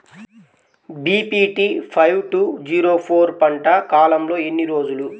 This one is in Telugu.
BPT five two zero four పంట కాలంలో ఎన్ని రోజులు?